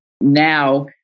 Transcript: Now